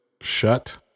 shut